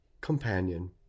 companion